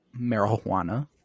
marijuana